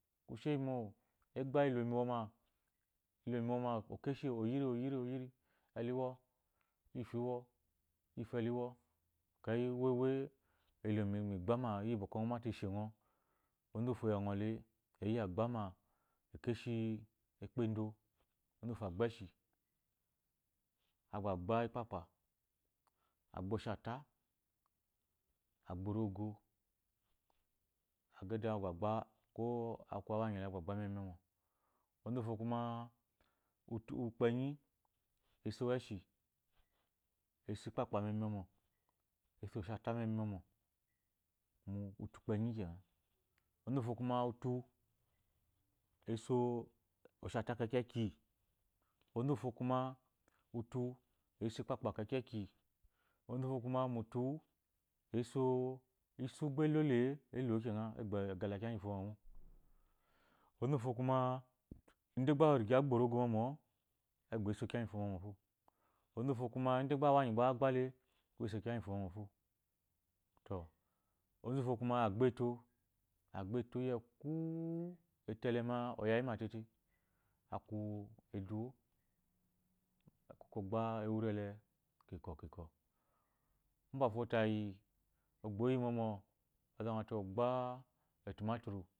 Ku shemo igba ifo iyi muciwoma elomu iwoma okeshioyin oyiri ele iwo iyifo iwo iyite iwo ekeyi uwe uwe alomu igbama iyi mate ishengɔ onzu wuto angɔle eyi ya agbama ekeshi egba endo onzu wuto agba eshi agba agba ikpakpa agba oshata agba orogo agaidam agba agba ko akwu awanyitu ele agba agba me mi mɔmɔ onzu kuma utu ukpenyi ushiusu eshi eso ikpakpeme mi mɔmɔ eso oshata me mi mɔmɔ mu utu ukpenyi kena onzu wufo akale eso oshata kekenke onzu wufo kuma utu eso ikpakpa kenkenki onzu wufo kuma mu utu u eso isu gbe elolee abuwo kena egba a kagala kiya gyewafo mɔmɔ mɔ onzu wufo kuma idagba erige agba orogo mɔmɔ a gba eso kiya igifo mɔmɔ fo onzu fo kuma ide gba awenyi gba wa gba le eso kiya ngifo mɔmɔ mo onwkuma agba eto agba eto eku u eto agba eto eku u eno elema ma oya yima tete aku eduwo okoko ogba ewiri ele kinkwɔ kunkwɔ mbafo tayi ogbo yi mɔmɔ ozate ogba